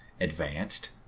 advanced